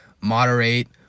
moderate